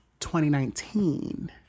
2019